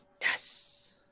Yes